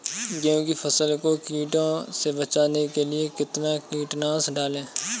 गेहूँ की फसल को कीड़ों से बचाने के लिए कितना कीटनाशक डालें?